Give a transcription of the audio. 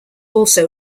also